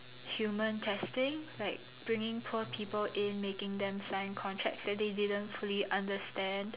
human testing like bringing poor people in making them sign contracts that they didn't fully understand